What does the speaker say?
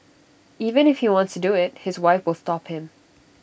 even if he wants to do IT his wife will stop him